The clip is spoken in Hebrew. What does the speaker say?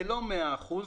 זה לא מאה אחוזים.